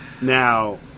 Now